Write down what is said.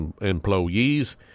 employees